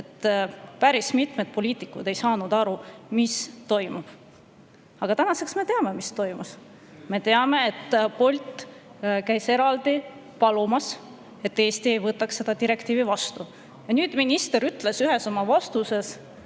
et mitmed poliitikud ei saanud aru, mis toimub. Aga tänaseks me teame, mis toimus. Me teame, et Bolt käis eraldi palumas, et Eesti ei võtaks seda direktiivi vastu. Minister ütles ühes oma vastuses,